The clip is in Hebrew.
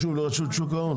לרשות שוק ההון?